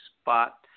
spot